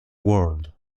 world